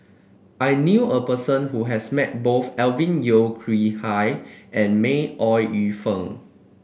I knew a person who has met both Alvin Yeo Khirn Hai and May Ooi Yu Fen